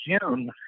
June